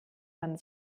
man